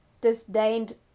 disdained